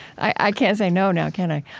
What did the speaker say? i can't say no now, can i?